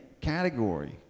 category